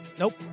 Nope